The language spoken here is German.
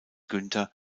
günther